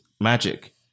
magic